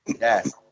Yes